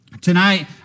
Tonight